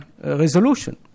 resolution